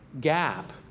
gap